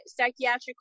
psychiatric